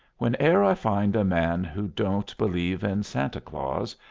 whene'er i find a man who don't believe in santa claus,